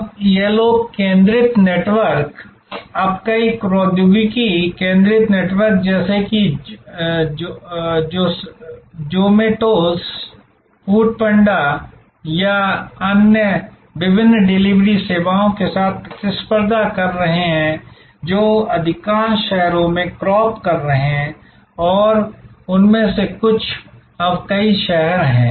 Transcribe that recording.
अब यह लोग केंद्रित नेटवर्क अब कई प्रौद्योगिकी केंद्रित नेटवर्क जैसे कि ज़ोमेटोस फूड पांडा और या अन्य विभिन्न डिलीवरी सेवाओं के साथ प्रतिस्पर्धा कर रहे हैं जो अधिकांश शहरों में क्रॉप कर रहे हैं और उनमें से कुछ अब कई शहर हैं